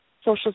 social